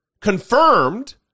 confirmed